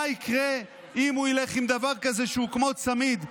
מה יקרה אם הוא ילך עם דבר כזה שהוא כמו צמיד?